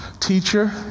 teacher